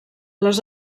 les